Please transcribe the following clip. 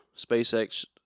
SpaceX